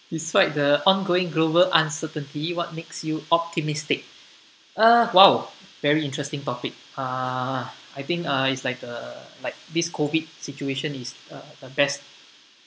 despite the ongoing global uncertainty what makes you optimistic uh !wow! very interesting topic uh I think uh is like uh like this COVID situation is the best